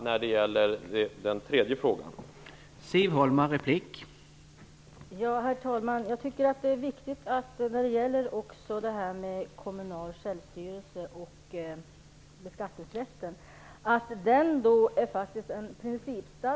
När det gäller den tredje frågan får jag återkomma.